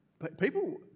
people